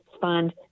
fund